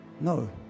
No